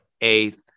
eighth